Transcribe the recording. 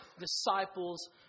disciples